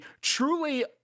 truly